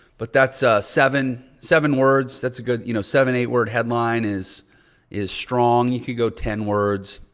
but that's seven, seven words. that's a good, you know, seven, eight word headline is is strong. you could go ten words.